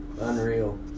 unreal